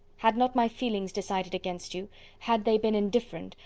had not my feelings decided against you had they been indifferent,